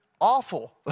Awful